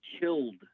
killed